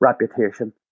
reputation